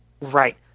Right